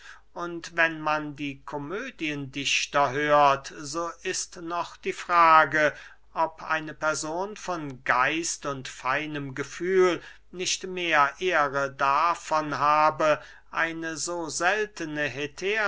und wenn man die komödiendichter hört so ist noch die frage ob eine person von geist und feinem gefühl nicht mehr ehre davon habe eine so seltne hetäre